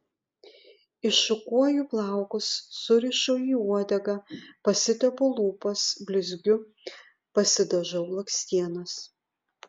iššukuoju plaukus surišu į uodegą pasitepu lūpas blizgiu pasidažau blakstienas